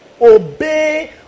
Obey